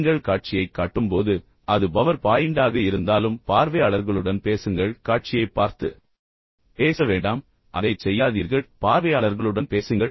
நீங்கள் காட்சியைக் காட்டும்போது அது பவர் பாயிண்டாக இருந்தாலும் பார்வையாளர்களுடன் பேசுங்கள் காட்சியைப் பார்த்து பின்னர் பேச வேண்டாம் அதைச் செய்யாதீர்கள் எனவே பார்வையாளர்களுடன் பேசுங்கள்